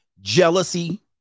jealousy